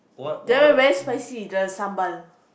that one very spicy the sambal